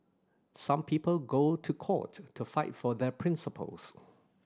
some people go to court to fight for their principles